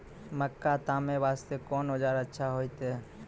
मक्का तामे वास्ते कोंन औजार अच्छा होइतै?